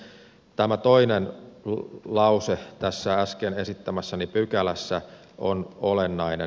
tämä toinen lause tässä äsken esittämässäni pykälässä on olennainen